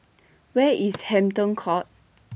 Where IS Hampton Court